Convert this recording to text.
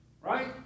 right